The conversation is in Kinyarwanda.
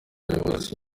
umuyobozi